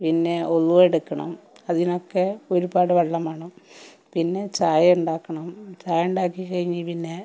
പിന്നെ വുളുഅ് എടുക്കണം അതിനൊക്കെ ഒരുപാട് വെള്ളം വേണം പിന്നെ ചായ ഉണ്ടാക്കണം ചായ ഉണ്ടാക്കി കഴിഞ്ഞ് പിന്നെ